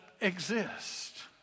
exist